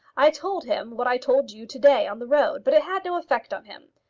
i told him what i told you to-day on the road, but it had no effect on him.